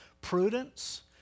prudence